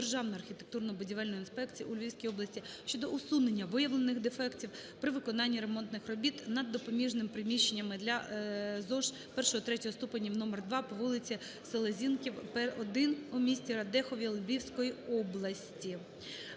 державної архітектурно-будівельної інспекції у Львівській області щодо усунення виявлених дефектів при виконанні ремонтних робіт над допоміжними приміщеннями для ЗОШ I-III ступенів № 2, по вулиціСелезінків, 1 у місті Радехові Львівської області".